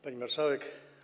Pani Marszałek!